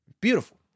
Beautiful